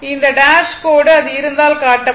இந்த டேஷ் கோடு அது இருந்தால் காட்டப்படும்